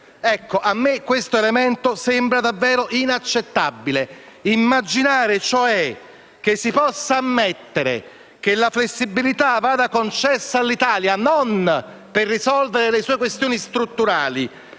Ecco: a me sembra davvero inaccettabile immaginare che si possa ammettere che la flessibilità vada concessa all'Italia non per risolvere le sue questioni strutturali,